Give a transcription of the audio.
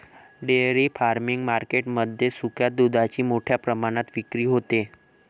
dairy farming market मध्ये सुक्या दुधाची मोठ्या प्रमाणात विक्री होते